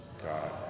God